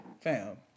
fam